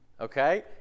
Okay